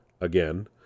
again